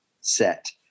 set